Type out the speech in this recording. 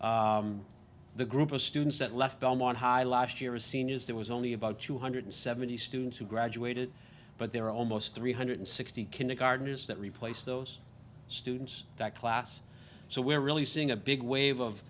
the group of students that left belmont high last year is seen is that was only about two hundred seventy students who graduated but there are almost three hundred sixty kindergartners that replace those students that class so we're really seeing a big wave of